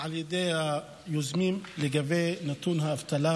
על ידי היוזמים לגבי נתון האבטלה,